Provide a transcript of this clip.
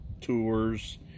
tours